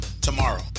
tomorrow